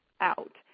out